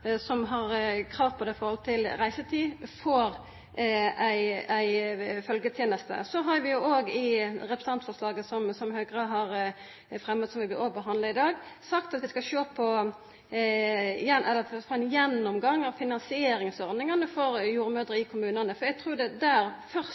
ein har krav på følgjeteneste med tanke på reisetid, får det. Så har vi òg i innstillinga til representantforslaget frå Høgre som vi behandlar i dag, sagt at vi skal få ein gjennomgang av finansieringsordningane for